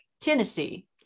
Tennessee